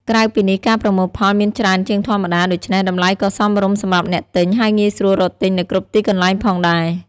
ក្រៅពីនេះ ការប្រមូលផលមានច្រើនជាងធម្មតា ដូច្នេះតម្លៃក៏សមរម្យសម្រាប់អ្នកទិញ ហើយងាយស្រួលរកទិញនៅគ្រប់ទីកន្លែងផងដែរ។